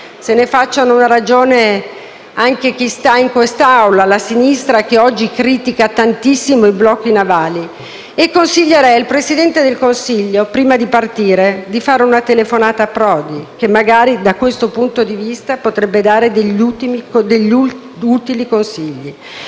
Se ne faccia una ragione anche chi sta in quest'Aula, la sinistra che oggi critica tantissimo i blocchi navali. Consiglierei al Presidente del Consiglio, prima di partire, di fare una telefonata a Prodi, che magari, da questo punto di vista, potrebbe dare degli utili consigli.